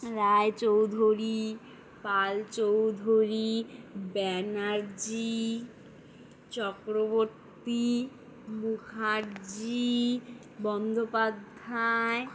Roychowdhury Palchowdhury Banerjee Chakraborty Mukherjee Bandopadhyay